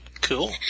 Cool